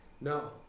No